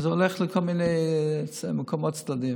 זה הולך לכל מיני מקומות צדדיים.